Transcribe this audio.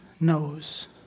knows